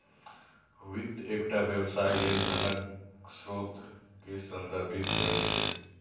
वित्त एकटा व्यवसाय लेल धनक स्रोत कें संदर्भित करै छै